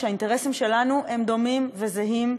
שהאינטרסים שלנו הם דומים וזהים.